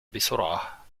بسرعة